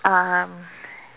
um